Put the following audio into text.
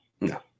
No